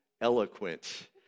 eloquent